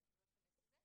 אני לא אכנס לזה.